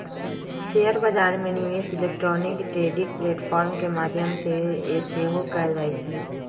share बजार में निवेश इलेक्ट्रॉनिक ट्रेडिंग प्लेटफॉर्म के माध्यम से सेहो कएल जाइ छइ